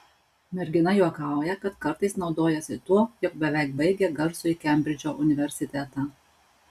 mergina juokauja kad kartais naudojasi tuo jog beveik baigė garsųjį kembridžo universitetą